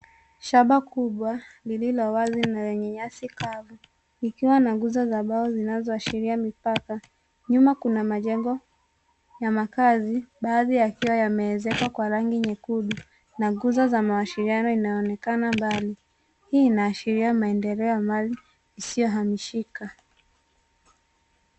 Shamba kubwa lililo wazi na lenye nyasi kavu, likiwa na nguzo za mbao zinazoashiria mipaka. Nyuma kuna majengo na makazi baadhi yakiwa yameezekwa kwa rangi nyekundu na nguzo za mawasiliano inaonekana mbali. Hii inaashiria maendeleo ya mali isiyohamishika.